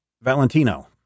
Valentino